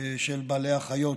של בעלי החיות.